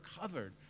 covered